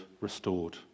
restored